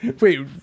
wait